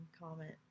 comment